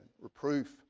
reproof